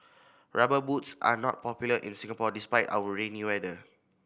Rubber Boots are not popular in Singapore despite our rainy weather